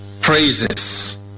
praises